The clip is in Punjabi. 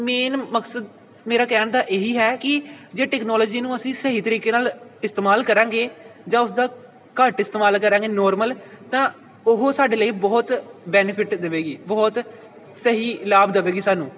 ਮੇਨ ਮਕਸਦ ਮੇਰਾ ਕਹਿਣ ਦਾ ਇਹੀ ਹੈ ਕਿ ਜੇ ਟੈਕਨੋਲੋਜੀ ਨੂੰ ਅਸੀਂ ਸਹੀ ਤਰੀਕੇ ਨਾਲ ਇਸਤੇਮਾਲ ਕਰਾਂਗੇ ਜਾਂ ਉਸਦਾ ਘੱਟ ਇਸਤੇਮਾਲ ਕਰਾਂਗੇ ਨੋਰਮਲ ਤਾਂ ਉਹ ਸਾਡੇ ਲਈ ਬਹੁਤ ਬੈਨੀਫਿਟ ਦੇਵੇਗੀ ਬਹੁਤ ਸਹੀ ਲਾਭ ਦੇਵੇਗੀ ਸਾਨੂੰ